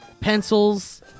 pencils